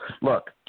Look